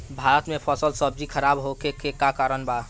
भारत में फल सब्जी खराब होखे के का कारण बा?